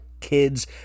kids